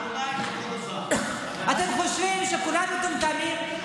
אתם חושבים שכולם מטומטמים.